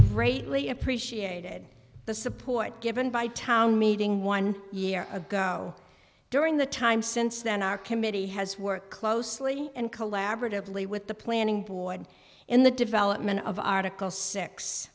greatly appreciated the support given by town meeting one year ago during the time since then our committee has worked closely and collaboratively with the planning board in the development of article six